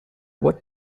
what